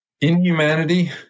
inhumanity